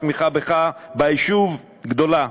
התמיכה בך ביישוב גדולה.